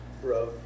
Bro